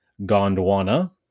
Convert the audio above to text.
Gondwana